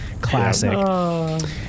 classic